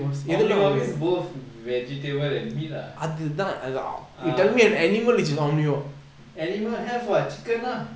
omnivore is both vegetable and meat lah ah animal have [what] chicken ah